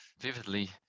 vividly